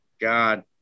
God